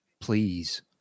please